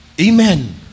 Amen